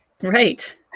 Right